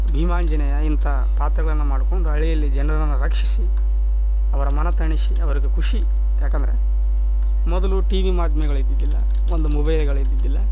ಭೀಮಾಂಜನೇಯ ಇಂಥಾ ಪಾತ್ರಗಳನ್ನ ಮಾಡ್ಕೊಂಡು ಹಳ್ಳಿಯಲ್ಲಿ ಜನರನ್ನ ರಕ್ಷಿಸಿ ಅವರ ಮನ ತಣಿಸಿ ಅವರದ್ದು ಖುಷಿ ಯಾಕಂದ್ರ ಮೊದಲು ಟಿವಿ ಮಾಧ್ಯಮಗಳಿದ್ದಿದ್ದಿಲ್ಲ ಒಂದು ಮೊಬೈಲ್ಗಳಿದ್ದಿದ್ದಿಲ್ಲ